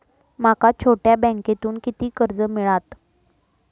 माका छोट्या बँकेतून किती कर्ज मिळात?